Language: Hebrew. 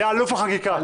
היה אלוף החקיקה.